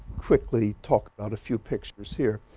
quickly talk about a few pictures here